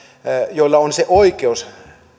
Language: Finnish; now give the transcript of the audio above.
joilla jo on se oikeus